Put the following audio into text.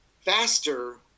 faster